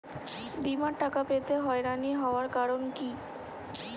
বিমার টাকা পেতে হয়রানি হওয়ার কারণ কি?